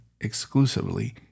exclusively